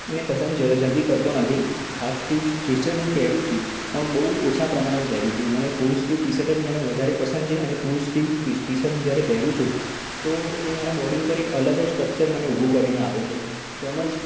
ને પસંદ જ જલ્દી કરતો નથી હાફ સ્લીવ ટી શર્ટ હું પહેરું છું પણ બહુ ઓછાં પ્રમાણમાં પહેરું છું મને ફુલ સ્લીવ ટી શર્ટ જ મને વધારે પસંદ છે અને full sleeve T T shirt હું જ્યારે પહેરું છું તો એ મારા બૉડી પર અલગ જ સ્ટ્રકચર મને ઊભું કરીને આપે છે તેમજ